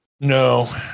No